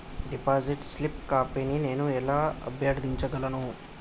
Deposit slip కాపీని నేను ఎలా అభ్యర్థించగలను?